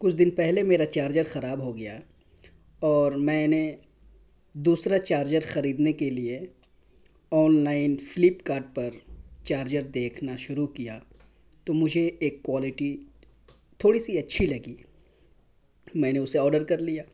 کچھ دن پہلے میرا چارجر خراب ہو گیا اور میں نے دوسرا چارجر خریدنے کے لیے آن لائن فلپ کارٹ پر چارجر دیکھنا شروع کیا تو مجھے ایک کوالٹی تھوڑی سی اچھی لگی میں نے اسے آرڈر کر لیا